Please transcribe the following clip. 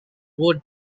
would